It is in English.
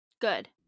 Good